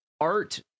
art